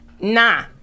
nah